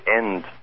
end